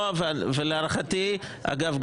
אגב,